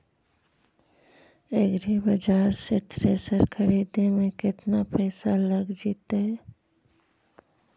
एग्रिबाजार से थ्रेसर खरिदे में केतना पैसा लग जितै?